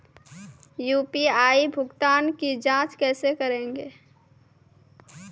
UPI भुगतान की जाँच कैसे करेंगे?